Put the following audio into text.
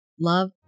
love